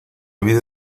vida